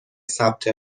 ثبت